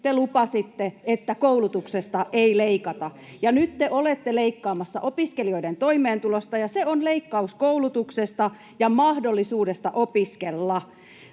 lupasitte, että koulutuksesta ei leikata, ja nyt te olette leikkaamassa opiskelijoiden toimeentulosta, ja se on leikkaus koulutuksesta ja mahdollisuudesta opiskella.